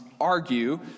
argue